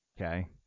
okay